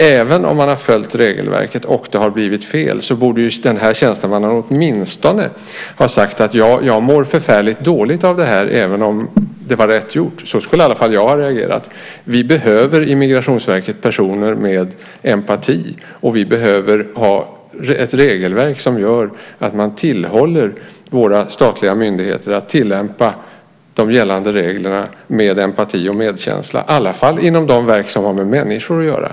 Även om man har följt regelverket och det har blivit fel borde den här tjänstemannen åtminstone ha sagt: Ja, jag mår förfärligt dåligt av det här även om det var rätt gjort. Så skulle i alla fall jag ha reagerat. Vi behöver i Migrationsverket personer med empati, och vi behöver ha ett regelverk som är sådant att man tillhåller våra statliga myndigheter att tillämpa gällande regler med empati och medkänsla, i alla fall inom de verk som har med människor att göra.